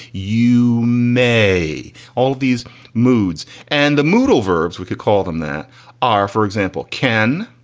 you may all these moods and the moodle verbs, we could call them, that are, for example, can,